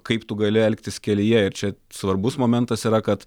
kaip tu gali elgtis kelyje ir čia svarbus momentas yra kad